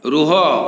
ରୁହ